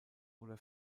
oder